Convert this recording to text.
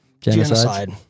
genocide